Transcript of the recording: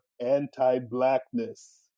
anti-blackness